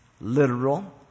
literal